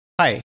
Hi